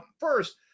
first